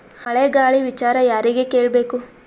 ಮಳೆ ಗಾಳಿ ವಿಚಾರ ಯಾರಿಗೆ ಕೇಳ್ ಬೇಕು?